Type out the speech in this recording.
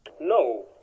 No